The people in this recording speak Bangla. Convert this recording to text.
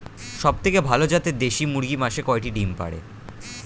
সবথেকে ভালো জাতের দেশি মুরগি মাসে কয়টি ডিম পাড়ে?